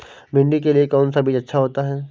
भिंडी के लिए कौन सा बीज अच्छा होता है?